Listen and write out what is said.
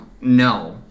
No